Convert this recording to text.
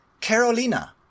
Carolina